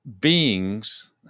beings